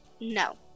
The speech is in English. No